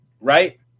right